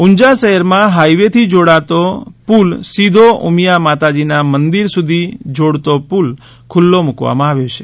ઉંઝા શહેરમાં હાઇવેથી જોડતો પૂલ સીધો ઉમિયા માતાજીના મંદિર સુધી જોડતો પૂલ ખૂલ્લો મુકવામાં આવ્યો છે